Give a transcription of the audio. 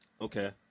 Okay